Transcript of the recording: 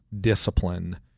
discipline